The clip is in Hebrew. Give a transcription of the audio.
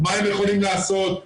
מה הם יכולים לעשות.